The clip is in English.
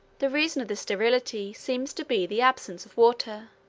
the reason of this sterility seems to be the absence of water.